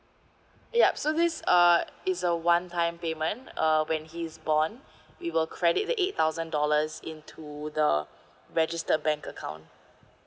yup so this uh is a one time payment uh when he's born we will credit the eight thousand dollars into the registered bank account